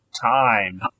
time